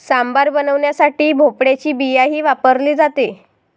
सांबार बनवण्यासाठी भोपळ्याची बियाही वापरली जाते